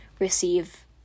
receive